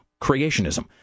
creationism